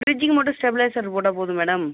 ஃப்ரிட்ஜிக்கு மட்டும் ஸ்டெபிலைஸர் போட்டால் போதும் மேடம்